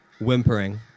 whimpering